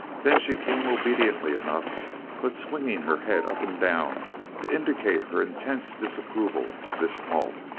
then she came obediently enough but swinging her head up and down to indicate her intense disapproval of this halt.